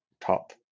top